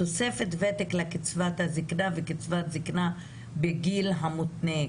תוספת ותק לקצבת הזקנה וקצבת זקנה בגיל המותנה,